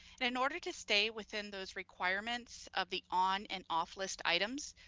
and in order to stay within those requirements of the on and off list items,